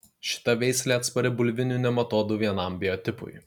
šita veislė atspari bulvinių nematodų vienam biotipui